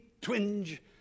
twinge